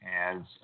adds